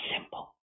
simple